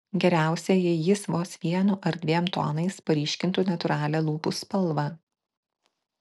geriausia jei jis vos vienu ar dviem tonais paryškintų natūralią lūpų spalvą